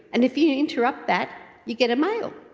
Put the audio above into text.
and if you interrupt that you get a male.